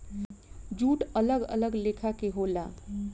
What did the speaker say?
jute अलग अलग लेखा के होला